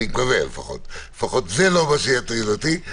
זה לא מה שיטריד אותי.